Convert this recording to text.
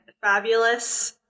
fabulous